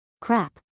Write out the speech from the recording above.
Crap